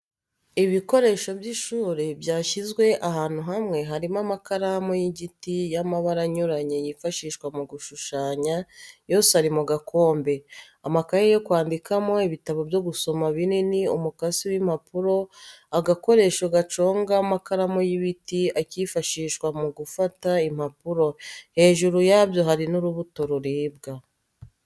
Ibikoresho by'ishuri byashyizwe ahantu hamwe harimo amakaramu y'igiti y'amabara anyuranye yifashishwa mu gushushanya yose ari mu gakombe, amakaye yo kwandikamo, ibitabo byo gusoma binini, umukasi w'impapuro, agakoresho gaconga amakaramu y'ibiti, akifashishwa mu gufatanya impapuro, hejuru yabyo hari n'urubuto ruribwa.